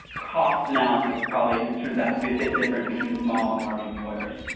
cost analysis probably turns out to be a bit different between small and large employers.